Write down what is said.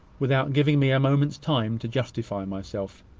without giving me a moment's time to justify myself.